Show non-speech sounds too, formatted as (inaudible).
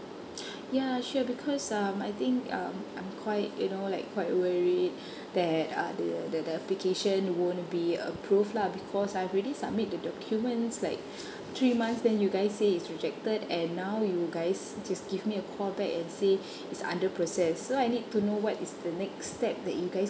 (breath) ya sure because um I think um I'm quite you know like quite worried that uh the the the application won't be approved lah because I've already submit the documents like three months then you guys say is rejected and now you guys just give me a call back and say it's under process so I need to know what is the next step you guys